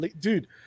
Dude